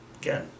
again